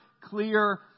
clear